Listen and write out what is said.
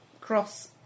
Cross